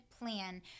plan